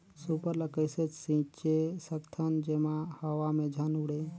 Super ल कइसे छीचे सकथन जेमा हवा मे झन उड़े?